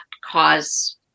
cause